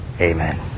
Amen